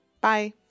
Bye